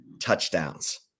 touchdowns